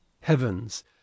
Heavens